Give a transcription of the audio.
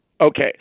Okay